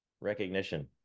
recognition